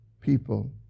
people